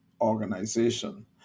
organization